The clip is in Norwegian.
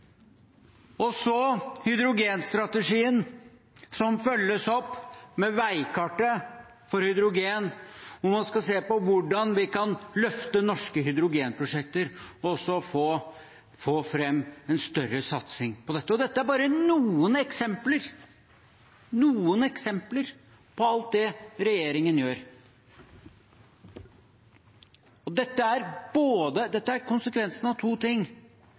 Så er det hydrogenstrategien, som følges opp med veikartet for hydrogen, hvor man skal se på hvordan vi kan løfte norske hydrogenprosjekter og få en større satsing på dette. Dette er bare noen eksempler på alt regjeringen gjør. Og dette er konsekvensen av to ting.